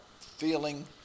feeling